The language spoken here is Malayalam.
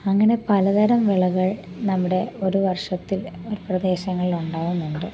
അങ്ങനെ പലതരം വിളകൾ നമ്മുടെ ഒരു വർഷത്തിൽ ഈ പ്രദേശങ്ങളിൽ ഉണ്ടാകുന്നുണ്ട്